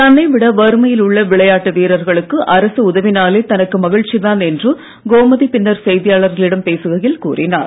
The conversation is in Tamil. தன்னை விட வறுமையில் உள்ள விளையாட்டு வீரர்களுக்கு அரசு உதவினாலே தனக்கு மகிழ்ச்சிதான் என்று கோமதி பின்னர் செய்தியாளர்களிடம் பேசுகையில் கூறினார்